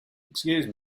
excuse